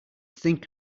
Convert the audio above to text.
think